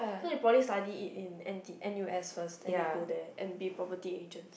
so they probably study it in N_T n_u_s first then they go there and be property agents